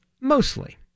Mostly